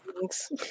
thanks